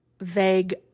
vague